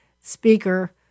Speaker